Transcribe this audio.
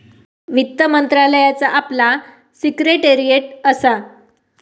वित्त मंत्रालयाचा आपला सिक्रेटेरीयेट असा